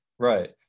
Right